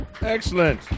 Excellent